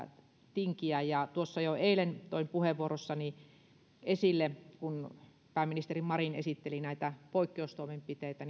tinkiä tuossa jo eilen toin puheenvuorossani esille kun pääministeri marin esitteli näitä poikkeustoimenpiteitä